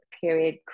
period